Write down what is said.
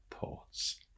thoughts